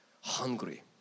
hungry